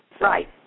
Right